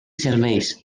serveis